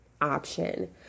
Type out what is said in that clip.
option